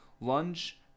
lunge